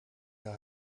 jahr